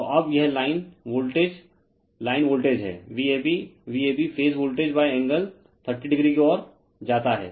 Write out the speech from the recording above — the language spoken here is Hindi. तो अब यह लाइन वोल्टेज लाइन वोल्टेज है VabVab phase voltage angle 30o की ओर जाता है